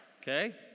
Okay